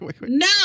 no